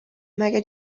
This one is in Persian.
مگه